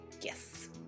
Yes